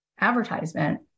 advertisement